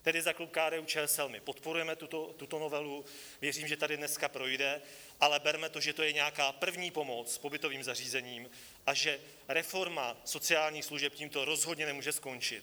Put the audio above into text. Tedy za klub KDUČSL, my podporujeme tuto novelu, věřím, že tady dneska projde, ale berme to, že to je nějaká první pomoc pobytovým zařízením a že reforma sociálních služeb tímto rozhodně nemůže skončit.